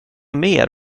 mer